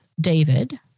David